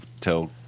tell